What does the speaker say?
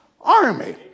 army